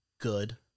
good